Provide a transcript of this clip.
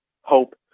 hope